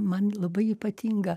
man labai ypatinga